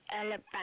elephant